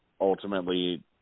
ultimately